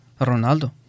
Ronaldo